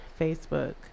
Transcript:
Facebook